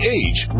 age